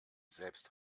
selbst